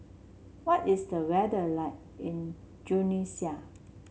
what is the weather like in Tunisia